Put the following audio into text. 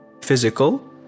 Physical